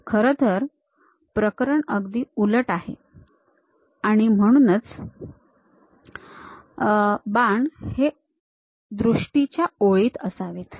खरंतर हे प्रकरण अगदी उलट आहे आणि म्हणूनच बाण हे दृष्टीच्या ओळीत असावेत